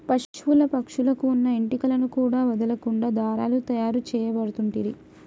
పశువుల పక్షుల కు వున్న ఏంటి కలను కూడా వదులకుండా దారాలు తాయారు చేయబడుతంటిరి